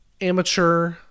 amateur